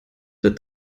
wird